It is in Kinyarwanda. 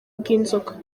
bw’inzoka